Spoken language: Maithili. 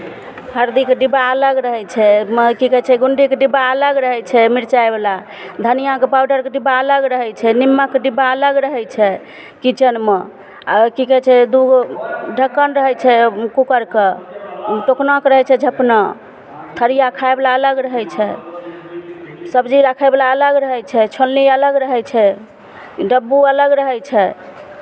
हरदिके डिब्बा अलग रहै छै म की कहै छै गुण्डीके डिब्बा अलग रहै छै मिरचाइवला धनियाँके पाउडरके डिब्बा अलग रहै छै निमकके डिब्बा अलग रहै छै किचनमे आ की कहै छै दू गो ढक्कन रहै छै कूकरके टोकनाके रहै छै झपना थरिया खायवला अलग रहै छै सबजी रखयवला अलग रहै छै छोलनी अलग रहै छै डब्बुक अलग रहै छै